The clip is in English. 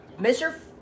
Mr